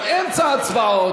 זה אמצע ההצבעות.